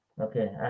Okay